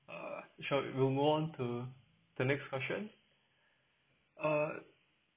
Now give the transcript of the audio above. uh short we'll move on to the next question uh